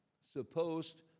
supposed